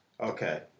Okay